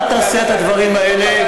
אל תעשה את הדברים האלה,